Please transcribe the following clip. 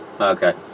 Okay